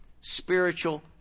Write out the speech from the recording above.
spiritual